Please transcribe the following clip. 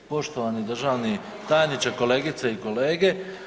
Poštovani državni tajniče, kolegice i kolege.